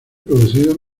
producido